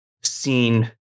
Seen